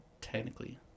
technically